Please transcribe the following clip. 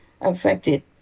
Affected